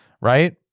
right